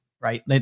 right